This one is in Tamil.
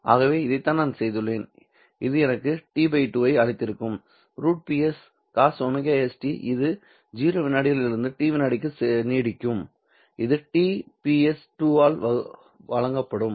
ஆகவே இதைத்தான் நான் செய்துள்ளேன் இது எனக்கு d 2 ஐ அளித்திருக்கும் √Pscosωs t இது 0 வினாடிகளில் இருந்து T வினாடிகளுக்கு நீடிக்கும் இது T Ps 2 ஆல் வழங்கப்படும்